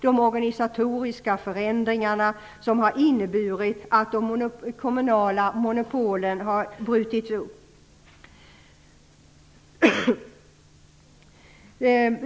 De organisatoriska förändringarna har ju inneburit att de kommunala monopolen har brutits upp.